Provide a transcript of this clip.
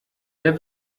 der